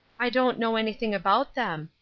i don't know anything about them.